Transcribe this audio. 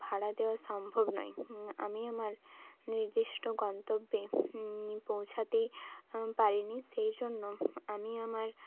ভাড়া দেওয়া সম্ভব নয় আমি আমার নির্দিষ্ট গন্তব্যে পৌঁছাতেই পারিনি সেই জন্য আমি আমার